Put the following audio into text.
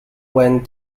went